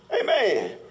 Amen